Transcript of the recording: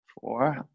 Four